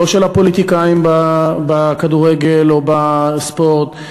לא של הפוליטיקאים בכדורגל או בספורט,